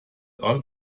all